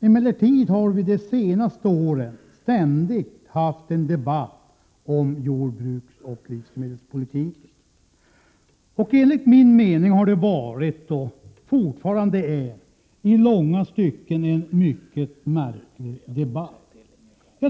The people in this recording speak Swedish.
Emellertid har vi de senaste åren ständigt haft en debatt om jordbruksoch livsmedelspolitiken. Enligt min mening har det varit — och är fortfarande — fråga om en i långa stycken mycket märklig debatt.